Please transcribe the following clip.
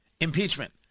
Impeachment